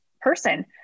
person